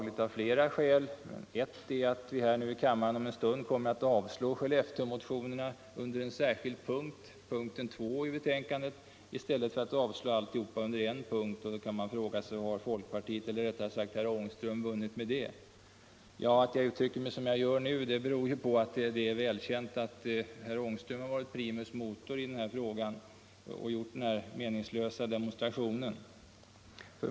Ett av skälen är att vi här i kammaren om en stund kommer att avslå Skellefteåmotionerna under en särskild punkt, punkten 2 i betänkandet, i stället för att avslå allt under en punkt. Då kan man fråga sig: Vad har folkpartiet, eller rättare sagt herr Ångström vunnit med det? Att jag uttrycker mig som jag gör beror på att det är välkänt att herr Ångström har varit primus motor i denna fråga och gjort den här meningslösa demonstrationen.